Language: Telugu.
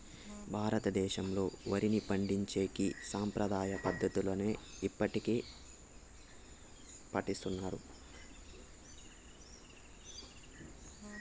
భారతదేశంలో, వరిని పండించేకి సాంప్రదాయ పద్ధతులనే ఇప్పటికీ పాటిస్తన్నారు